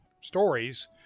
stories